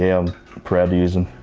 yeah i'm proud to use and